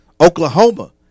Oklahoma